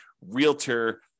realtor